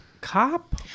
cop